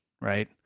right